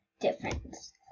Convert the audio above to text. difference